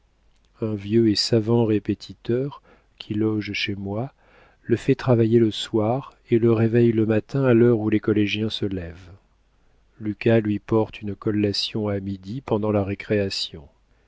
un vieux et savant répétiteur qui loge chez moi le fait travailler le soir et le réveille le matin à l'heure où les collégiens se lèvent lucas lui porte une collation à midi pendant la récréation